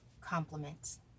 compliments